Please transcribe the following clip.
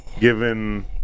given